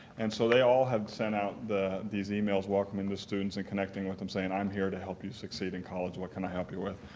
and so they all have sent out the these e-mails welcoming the students and connecting with them, saying i'm here to help you succeed in college, what can i help you with?